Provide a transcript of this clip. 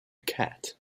cat